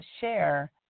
share